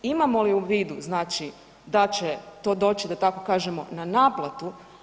Imamo li u vidu, znači da će to doći da tako kažemo na naplatu?